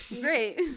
Great